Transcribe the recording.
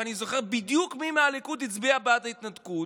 אני זוכר בדיוק מי מהליכוד הצביע בעד ההתנתקות.